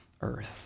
earth